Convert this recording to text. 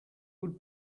would